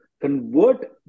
convert